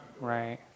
Right